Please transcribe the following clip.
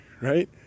right